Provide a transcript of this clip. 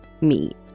meet